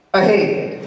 ahead